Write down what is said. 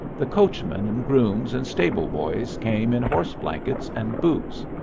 the coachman and grooms and stable-boys came in horse-blankets and boots.